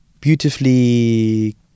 Beautifully